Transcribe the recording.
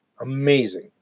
Amazing